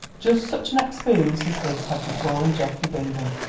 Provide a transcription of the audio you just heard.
just such an experience as this had befallen geoffrey bingham.